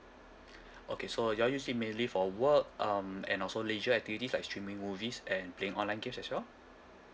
okay so you all use it mainly for work um and also leisure activities like streaming movies and playing online games as well